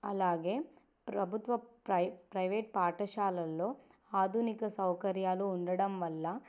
అలాగే ప్రభుత్వ ప్రై ప్రైవేట్ పాఠశాలల్లో ఆధునిక సౌకర్యాలు ఉండడం వల్ల